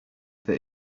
that